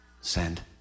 send